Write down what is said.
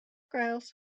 grouse